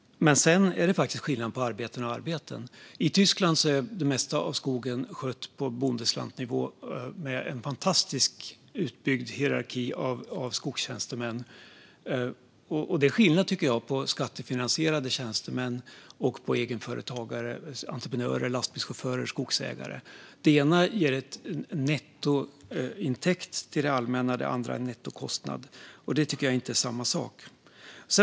För det andra är det faktiskt skillnad på arbeten och arbeten. I Tyskland sköts det mesta av skogen på förbundslandsnivå med en fantastisk, utbyggd hierarki av skogstjänstemän. Det är skillnad, tycker jag, på skattefinansierade tjänstemän och egenföretagare, entreprenörer, lastbilschaufförer och skogsägare. Det ena ger en nettointäkt till det allmänna, det andra en nettokostnad. Det tycker jag inte är samma sak.